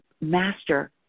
master